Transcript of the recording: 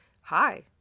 hi